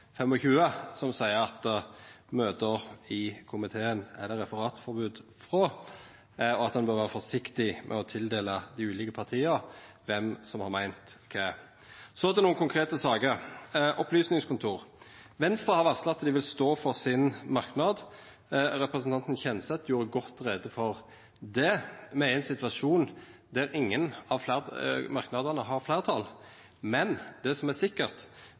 25, som seier at møte i komiteen er det ikkje lov å referera frå, og om at han bør vera forsiktig med å tildela dei ulike partia meiningar, kven som har meint kva. Over til nokre konkrete saker, først opplysningskontor: Venstre har varsla at dei vil stå for merknaden sin. Representanten Kjenseth gjorde godt greie for det. Me er i ein situasjon der ingen av merknadene har fleirtal, men det som er sikkert,